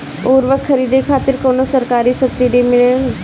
उर्वरक खरीदे खातिर कउनो सरकारी सब्सीडी मिलेल?